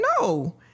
no